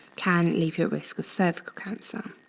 can leave your risk of cervical cancer.